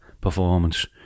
performance